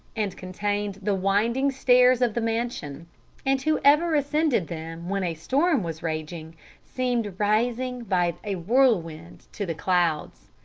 and contained the winding stairs of the mansion and whoever ascended them when a storm was raging seemed rising by a whirlwind to the clouds.